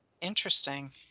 interesting